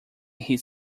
his